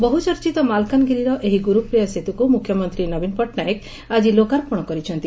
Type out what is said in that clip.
ବହୁଚର୍ଚିତ ମାଲକାନଗିରିର ଏହି ଗୁରୁପ୍ରିୟା ସେତୁକୁ ମୁଖ୍ୟମନ୍ତୀ ନବୀନ ପଟ୍ଟନାୟକ ଆଜି ଲୋକାର୍ପଣ କରିଛନ୍ତି